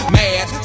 mad